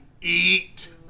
eat